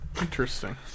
interesting